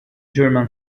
german